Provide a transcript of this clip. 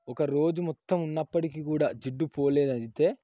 ఒక రోజు మొత్తం ఉన్నప్పటికీ కూడా జిడ్డు పోలేదు అయితే